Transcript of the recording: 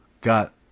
got